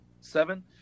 Seven